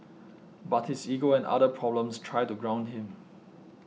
but his ego and other problems try to ground him